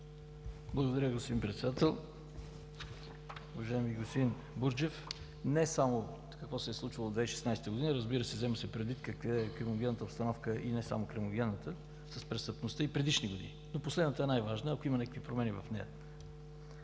Благодаря, господин Председател. Уважаеми господин Бурджев, не само какво се е случвало в 2016 г., разбира се, взема се предвид криминогенната обстановка, и не само криминогенната, с престъпността и предишни години. Но последната е най-важна, ако има някакви промени в нея.